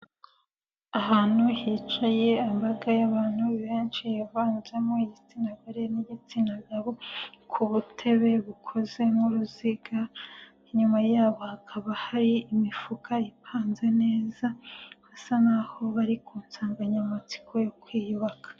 Ahantu hicaye imbaga y'abantu benshi y'ivanzemo igitsina gore n'igitsina gabo ku dutebe bukoze nk'uruziga, inyuma yabo hakaba hari imifuka ipanze neza hasa nkaho bari ku nsanganyamatsiko yo kwiyubaka.